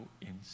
inside